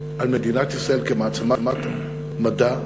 על מדינת ישראל כמעצמת מדע וטכנולוגיה.